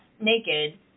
naked